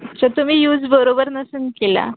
अच्छा तुम्ही यूज बरोबर नसेल केला